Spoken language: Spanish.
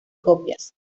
copias